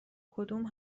کدوم